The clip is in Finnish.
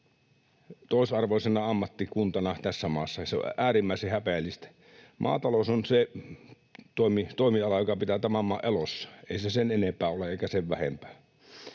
toisarvoisena ammattikuntana. Se on äärimmäisen häpeällistä. Maatalous on se toimiala, joka pitää tämän maan elossa, ei se sen enempää ole eikä sen vähempää.